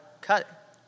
cut